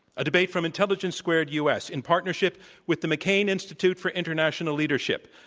a debate from intelligence squared u. s. in partnership with the mccain institute for international leadership.